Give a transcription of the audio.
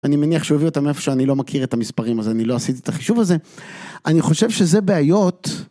אני מניח שהוא הביא אותה מאיפה שאני לא מכיר את המספרים, אז אני לא עשיתי את החישוב הזה. אני חושב שזה בעיות.